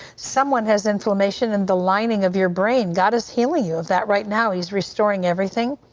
someone has inflammation in the lining of your brain, god is healing you of that right now, he's restoring everything,